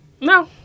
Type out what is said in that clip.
No